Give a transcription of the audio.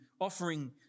offering